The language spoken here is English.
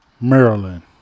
Maryland